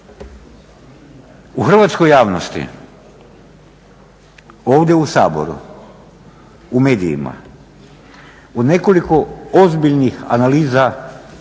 U hrvatskoj javnosti, ovdje u Saboru, u medijima u nekoliko ozbiljnih analiza